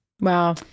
Wow